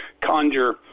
conjure